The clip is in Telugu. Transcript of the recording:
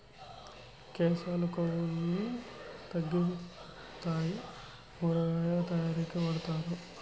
కేశాలు కొవ్వును తగ్గితాయి ఊరగాయ తయారీకి వాడుతారు